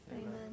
Amen